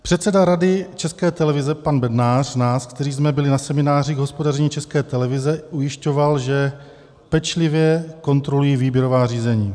Předseda Rady České televize pan Bednář nás, kteří jsme byli na semináři k hospodaření České televize, ujišťoval, že pečlivě kontrolují výběrová řízení.